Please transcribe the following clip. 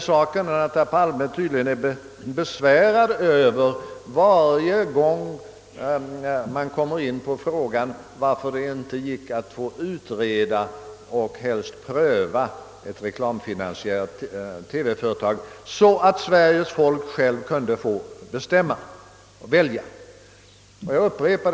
— Herr Palme blir tydligen besvärad varje gång man berör spörsmålet varför det inte gick att utreda och pröva frågan om reklamfinansierad TV så att Sveriges folk självt kunde få välja och bestämma.